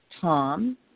Tom